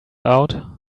out